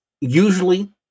usually